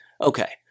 Okay